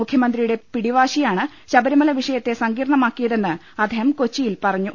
മുഖ്യമന്ത്രിയുടെ പിടി വാശിയാണ് ശബരിമല വിഷയത്തെ സങ്കീർണ്ണമാക്കിയതെന്ന് അദ്ദേഹം കൊച്ചിയിൽ പറഞ്ഞു